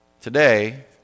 Today